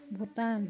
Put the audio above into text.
Bhutan